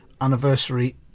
anniversary